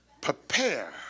Prepare